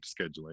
scheduling